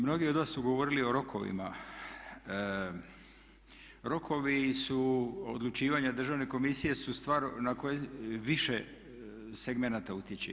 Mnogi od vas su govorili o rokovima, rokovi su odlučivanje Državne komisije su stvar na koju više segmenata utječe.